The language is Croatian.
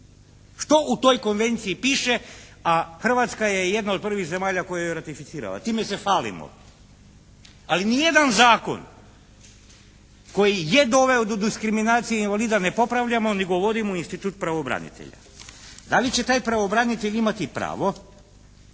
Što u toj konvenciji piše, a Hrvatska je jedna od prvih zemalja koja ju je ratificirala. Time se hvalimo. Ali niti jedan zakon koji je doveo do diskriminacije invalida ne popravljamo nego uvodimo institut pravobranitelja. Da li će taj pravobranitelj imati pravo